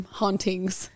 hauntings